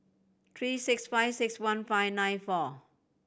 three six five six one five nine four